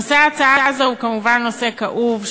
נושא ההצעה הוא כמובן נושא כאוב,